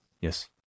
Yes